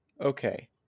Okay